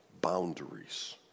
boundaries